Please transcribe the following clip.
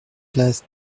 place